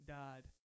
died